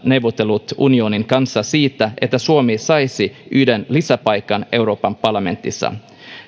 neuvottelut unionin kanssa siitä että suomi saisi yhden lisäpaikan euroopan parlamentissa